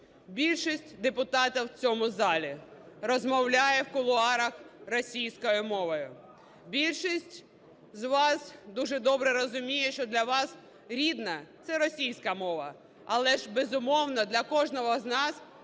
Більшість депутатів в цьому залі розмовляє в кулуарах російською мовою. Більшість з вас дуже добре розуміє, що для вас рідна – це російська мова. Але безумовно для кожного з нас